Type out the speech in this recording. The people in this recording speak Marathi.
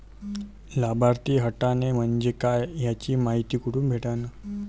लाभार्थी हटोने म्हंजे काय याची मायती कुठी भेटन?